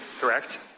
correct